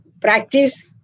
practice